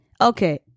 okay